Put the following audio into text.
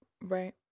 Right